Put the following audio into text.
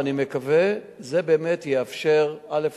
ויאושר, אני מקווה, זה באמת יאפשר, א.